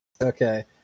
Okay